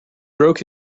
broke